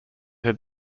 had